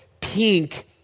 pink